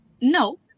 no